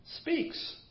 Speaks